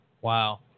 Wow